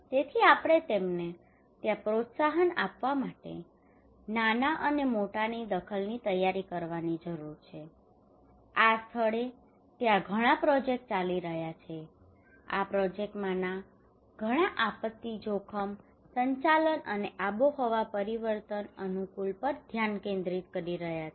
તેથી આપણે તેમને ત્યાં પ્રોત્સાહન આપવા માટે નાના અને મોટા દખલની તૈયારી કરવાની જરૂર છે આ સ્થળે ત્યાં ઘણા પ્રોજેક્ટ ચાલી રહ્યા છે અને આ પ્રોજેક્ટમાંના ઘણા આપત્તિ જોખમ સંચાલન અને આબોહવા પરિવર્તન અનુકૂલન પર ધ્યાન કેન્દ્રિત કરી રહ્યા છે